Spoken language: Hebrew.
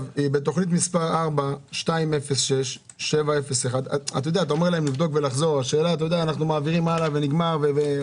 תוכנית מס' 4, 206701 - אנחנו מעבירים הלאה ונגמר.